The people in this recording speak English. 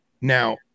Now